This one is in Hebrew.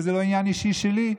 כי זה לא עניין אישי שלי.